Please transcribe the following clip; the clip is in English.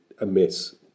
amiss